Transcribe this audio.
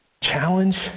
challenge